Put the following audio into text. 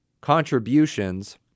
contributions